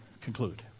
conclude